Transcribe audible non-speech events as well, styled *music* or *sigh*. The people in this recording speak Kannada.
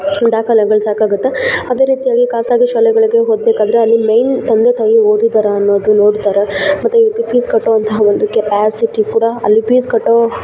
ದಾಖಲೆಗಳ್ ಸಾಕಾಗತ್ತೆ ಅದೇ ರೀತಿಯಾಗಿ ಖಾಸಗಿ ಶಾಲೆಗಳಿಗೆ ಹೋಗಬೇಕಾದ್ರೆ ಅಲ್ಲಿ ಮೇಯ್ನ್ ತಂದೆ ತಾಯಿ ಓದಿದ್ದಾರ ಅನ್ನೋದು ನೋಡ್ತಾರೆ ಮತ್ತು *unintelligible* ಫೀಸ್ ಕಟ್ಟೋವಂತಹ ಒಂದು ಕ್ಯಪಾಸಿಟಿ ಕೂಡ ಅಲ್ಲಿ ಫೀಸ್ ಕಟ್ಟೋ